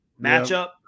matchup